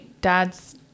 dad's